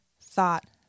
thought